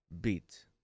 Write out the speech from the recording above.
beat